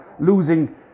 losing